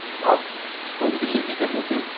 آپ home delivery کر دیتے ہیں